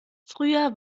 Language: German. früher